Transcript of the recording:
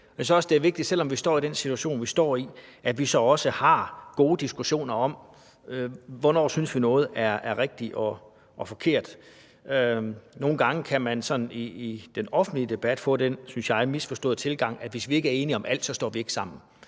at det er vigtigt, selv om vi står i den situation, vi står i, at vi så også har gode diskussioner om, hvornår vi synes noget er rigtigt eller forkert. Nogle gange kan man sådan i den offentlige debat få den, synes jeg, misforståede tilgang, at hvis vi ikke er enige om alt, står vi ikke sammen.